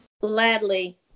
Gladly